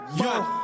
yo